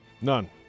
None